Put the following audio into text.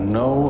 no